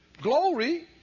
Glory